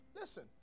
Listen